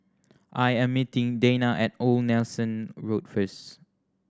I am meeting Dayna at Old Nelson Road first